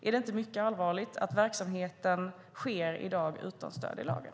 Är det inte mycket allvarligt att verksamheten sker i dag utan stöd i lagen?